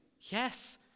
yes